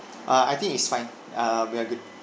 uh I think it's fine err we are good